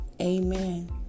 amen